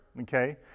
Okay